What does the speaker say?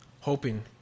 hoping